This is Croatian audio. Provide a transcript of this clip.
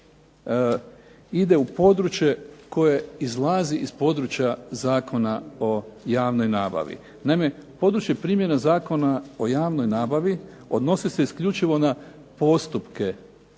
ide u područje koje izlazi iz područja Zakona o javnoj nabavi. Naime, područje primjena Zakona o javnoj nabavi odnosi se isključivo na postupke